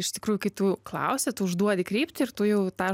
iš tikrųjų kai tu klausi tu užduodi kryptį ir tu jau tą